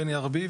בני ארביב,